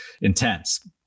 intense